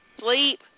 sleep